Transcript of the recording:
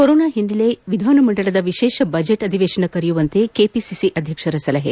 corona ಹಿನ್ನೆಲೆ ವಿಧಾನಮಂಡಲದ ವಿಶೇಷ ಬಜೆಟ್ ಅಧಿವೇಶನ ಕರೆಯುವಂತೆ ಕೆಪಿಸಿಸಿ ಅಧ್ಯಕ್ಷರ ಸಲಹೆ